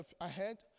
ahead